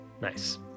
Nice